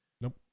Nope